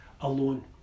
alone